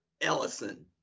Ellison